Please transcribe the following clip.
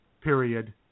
period